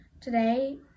Today